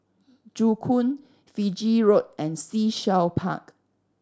Joo Koon Fiji Road and Sea Shell Park